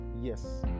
Yes